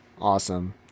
Awesome